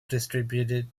distributed